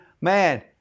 man